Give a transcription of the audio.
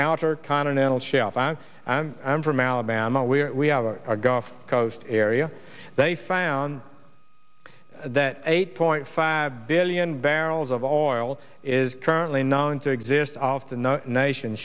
outer continental shelf and i'm from alabama where we have our gulf coast area they found that eight point five billion barrels of oil is currently known to exist of the nation